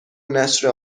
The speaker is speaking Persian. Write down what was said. نشر